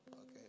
Okay